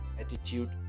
attitude